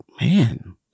man